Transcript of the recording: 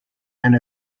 and